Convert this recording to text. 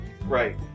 Right